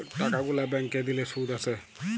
টাকা গুলা ব্যাংকে দিলে শুধ আসে